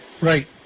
Right